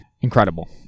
incredible